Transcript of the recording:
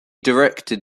directed